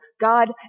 God